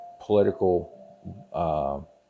political